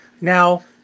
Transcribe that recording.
now